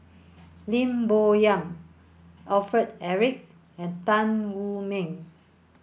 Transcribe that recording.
Lim Bo Yam Alfred Eric and Tan Wu Meng